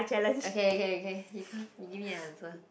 okay okay okay you come give me an answer